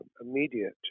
immediate